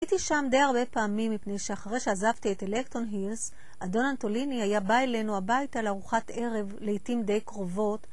הייתי שם די הרבה פעמים, מפני שאחרי שעזבתי את אלקטון הילס, אדון אנטוליני היה בא אלינו הביתה לארוחת ערב לעתים די קרובות.